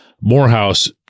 Morehouse